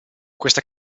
questa